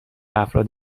افراد